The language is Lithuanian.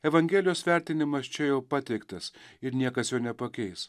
evangelijos vertinimas čia jau pateiktas ir niekas jo nepakeis